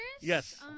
yes